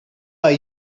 are